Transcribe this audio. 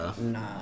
Nah